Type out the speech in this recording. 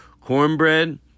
Cornbread